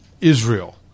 israel